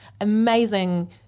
amazing